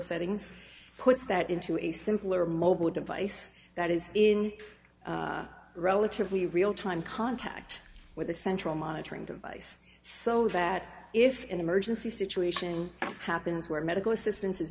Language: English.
settings puts that into a simpler mobile device that is in relatively real time contact with the central monitoring device so that if an emergency situation happens where medical assistance i